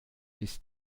ist